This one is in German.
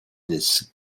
des